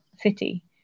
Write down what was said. city